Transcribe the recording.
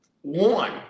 One